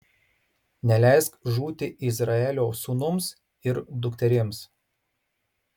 neleisk žūti izraelio sūnums ir dukterims